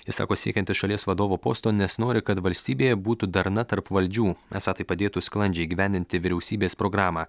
jis sako siekiantis šalies vadovo posto nes nori kad valstybėje būtų darna tarp valdžių esą tai padėtų sklandžiai įgyvendinti vyriausybės programą